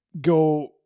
go